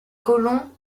colons